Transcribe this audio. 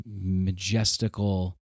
majestical